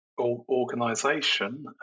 organization